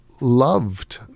loved